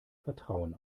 vertrauen